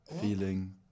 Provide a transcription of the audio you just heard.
feeling